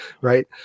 Right